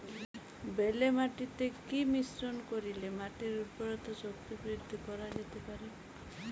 বেলে মাটিতে কি মিশ্রণ করিলে মাটির উর্বরতা শক্তি বৃদ্ধি করা যেতে পারে?